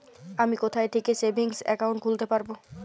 আমি কোথায় থেকে সেভিংস একাউন্ট খুলতে পারবো?